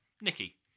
Nicky